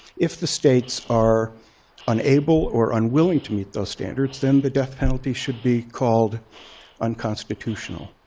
if the states are unable or unwilling to meet those standards, then the death penalty should be called unconstitutional.